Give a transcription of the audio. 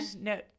no